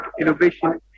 innovation